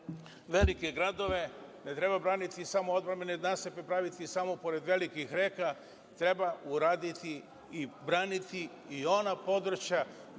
velike gradove, ne treba braniti samo odbrambene nasipe, praviti ih samo pored velikih reka. Treba uraditi i braniti i ona područja